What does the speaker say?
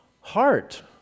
heart